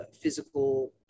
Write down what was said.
physical